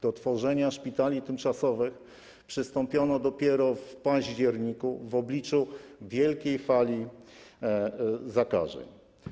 Do tworzenia szpitali tymczasowych przystąpiono dopiero w październiku w obliczu wielkiej fali zakażeń.